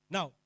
Now